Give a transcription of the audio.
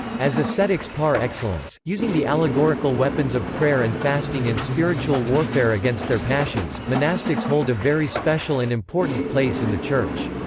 as ascetics par excellence, using the allegorical weapons of prayer and fasting in spiritual warfare against their passions, monastics hold a very special and important place in the church.